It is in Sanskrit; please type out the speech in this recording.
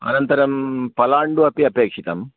अनन्तरं पलाण्डु अपि अपेक्षितम्